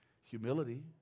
Humility